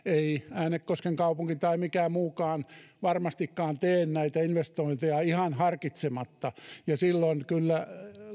äänekosken kaupunki tai mikään muukaan varmastikaan tee näitä investointeja ihan harkitsematta ja silloin kyllä